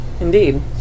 Indeed